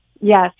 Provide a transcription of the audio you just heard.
Yes